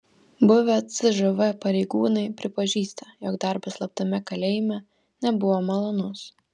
buvę cžv pareigūnai pripažįsta jog darbas slaptame kalėjime nebuvo malonus